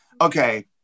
okay